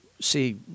see